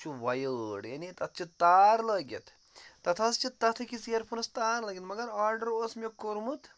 تَتھ چھُ وَیٲڈ یعنی تَتھ چھِ تار لٲگِتھ تَتھ حظ چھِ تَتھ أکِس اِیر فونَس تار لٲگِتھ مگر آرڈَر اوس مےٚ کوٚرمُت